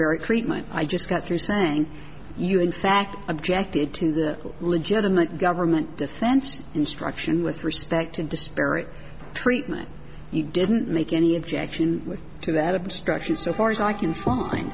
perry treatment i just got through saying you in fact objected to the legitimate government defense instruction with respect to disparate treatment you didn't make any objection to that obstruction so far as